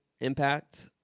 impact